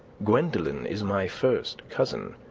gwendolen is my first cousin.